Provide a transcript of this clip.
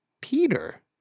Peter